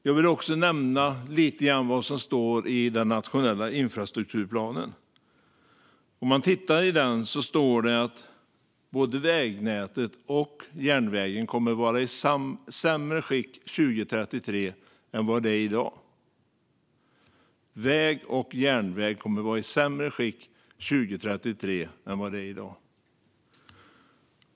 Jag vill också nämna lite grann vad som står i den nationella infrastrukturplanen. Det står att både vägnätet och järnvägen kommer att vara i sämre skick 2033 än det är i dag. Väg och järnväg kommer alltså att vara i sämre skick 2033 än det är i dag.